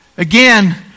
Again